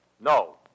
no